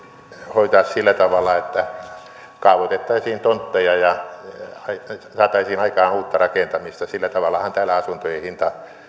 hoitaa sillä tavalla että kaavoitettaisiin tontteja ja saataisiin aikaan uutta rakentamista sillä tavallahan täällä asuntojen hinta